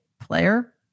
player